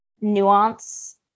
nuance